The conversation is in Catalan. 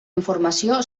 informació